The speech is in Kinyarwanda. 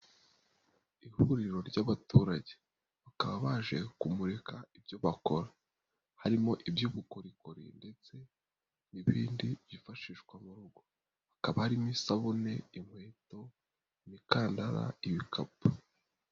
Ihuriro ry'abaturage. Bakaba baje kumurika ibyo bakora. Harimo iby'ubukorikori ndetse n'ibindi byifashishwa mu rugo. Hakaba harimo isabune, inkweto ,imikandara, ibikapu.